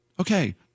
Okay